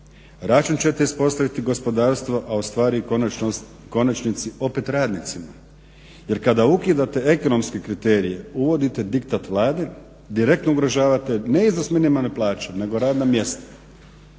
račun ćete ispostaviti gospodarstvo, a ustvari u konačnici opet radnicima jer kada ukidate ekonomske kriterije uvodite diktat Vladi, direktno ugrožavate ne iznos minimalne plaće nego radna mjesta.